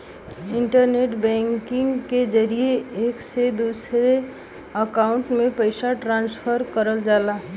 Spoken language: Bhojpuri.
इंटरनेट बैकिंग के जरिये एक से दूसरे अकांउट में पइसा ट्रांसफर करल जाला